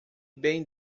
bem